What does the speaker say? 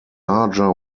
larger